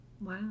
Wow